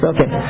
Okay